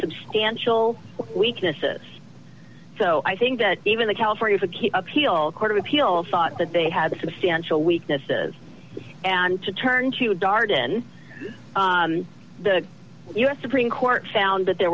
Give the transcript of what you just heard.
substantial weaknesses so i think that even the california appeal court of appeal thought that they had substantial weaknesses and to turn to darden the u s supreme court found that there